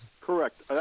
Correct